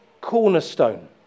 cornerstone